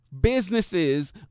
businesses